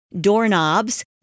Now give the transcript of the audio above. doorknobs